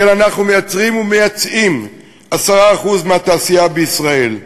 כמו כן אנחנו מייצרים ומייצאים 10% מהתוצרת התעשייתית בישראל,